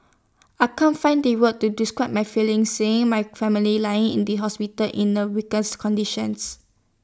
I can't find the words to describe my feelings seeing my family lying in the hospital in A weakened conditions